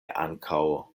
ankaŭ